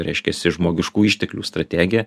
reiškiasi žmogiškųjų išteklių strategė